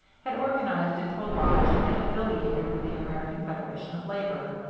had organized into a lodge and had affiliated with the american federation of labor.